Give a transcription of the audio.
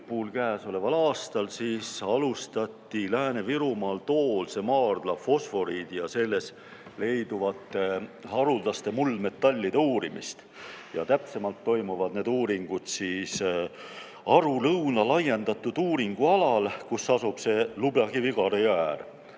lõpul käesoleval aastal alustati Lääne-Virumaal Toolse maardlas fosforiidi ja selles leiduvate haruldaste muldmetallide uurimist. Täpsemalt toimuvad need uuringud Aru-Lõuna laiendatud uuringualal, kus asub see lubjakivikarjäär.